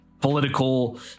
political